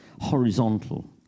horizontal